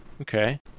okay